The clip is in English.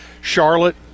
Charlotte